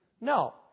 No